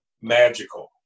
magical